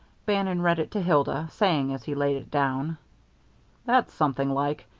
bannon read it to hilda, saying as he laid it down that's something like.